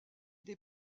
des